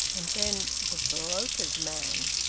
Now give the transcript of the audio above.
and then the broker's man!